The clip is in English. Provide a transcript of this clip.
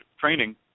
training